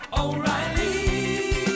O'Reilly